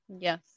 yes